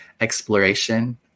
exploration